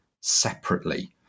separately